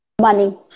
Money